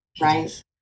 right